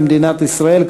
במדינת ישראל,